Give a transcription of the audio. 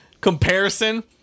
comparison